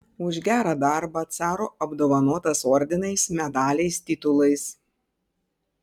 už gerą darbą caro apdovanotas ordinais medaliais titulais